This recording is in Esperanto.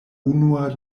unua